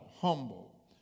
humble